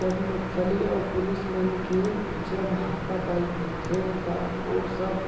जब नक्सली अऊ पुलिस मन के जब हातापाई होथे त ओ सब